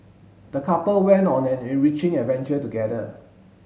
the couple went on an enriching adventure together